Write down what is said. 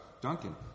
Duncan